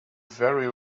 very